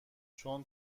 چون